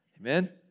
Amen